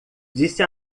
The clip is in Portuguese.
disse